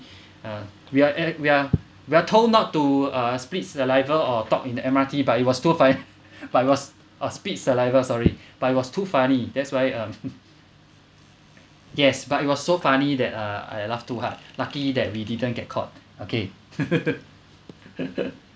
uh we are e~ we are we are told not to ah spit saliva or talk in the M_R_T but it was too fun but it was a spit saliva sorry but it was too funny that's why uh yes but it was so funny that uh I laughed too hard lucky that we didn't get caught okay